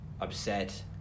upset